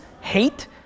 hate